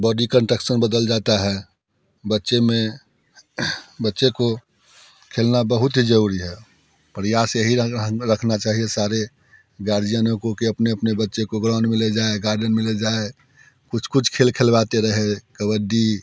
body construction बदल जाता है बच्चे में बच्चे को खेलना बहुत ही ज़रूरी है प्रयास यही रखना चाहिए सारे गार्डियनों को कि अपने अपने बच्चे को ग्रांउड में ले जाएँ गार्डन में ले जाएं कुछ कुछ खेल खिलवाते रहे कबड्डी